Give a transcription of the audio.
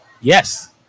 Yes